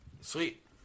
sweet